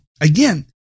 again